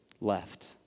left